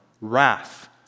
wrath